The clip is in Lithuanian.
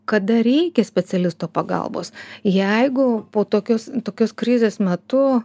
kada reikia specialisto pagalbos jeigu po tokios tokios krizės metu